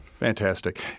Fantastic